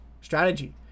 strategy